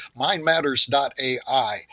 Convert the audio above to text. Mindmatters.ai